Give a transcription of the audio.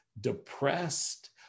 depressed